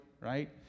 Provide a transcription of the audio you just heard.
right